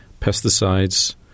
pesticides